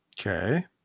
Okay